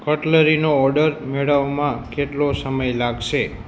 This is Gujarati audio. કટલરીનો ઓર્ડર મેળવવામાં કેટલો સમય લાગશે